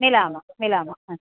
मिलामः मिलामः अस्तु